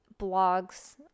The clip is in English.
blogs